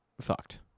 fucked